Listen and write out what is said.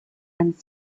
and